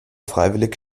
freiwillig